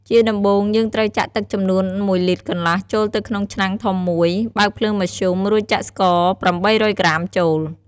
ជាដំបូង យើងត្រូវចាក់ទឹកចំនួន ១លីត្រកន្លះចូលទៅក្នុងឆ្នាំងធំមួយ បើកភ្លើងមធ្យម រួចចាក់ស្ករ ៨០០ក្រាមចូល។